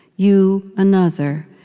you another,